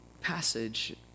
passage